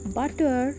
butter